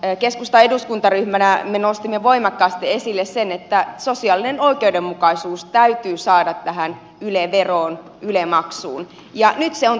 keskustan eduskuntaryhmänä me nostimme voimakkaasti esille sen että sosiaalinen oikeudenmukaisuus täytyy saada tähän yle veroon yle maksuun ja nyt se on tässä sisällä